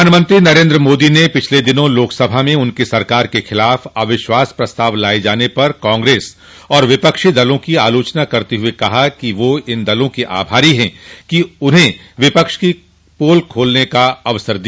प्रधानमंत्री नरेन्द्र मोदी ने पिछले दिनों लोकसभा में उनको सरकार के खिलाफ अविश्वास प्रस्ताव लाए जाने पर कांग्रेस और विपक्षी दलों की आलोचना करते हुए कहा कि वे इन दलों के आभारी है कि उन्हें विपक्ष की पोल खोलने का अवसर दिया